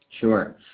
Sure